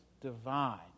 divine